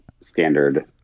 standard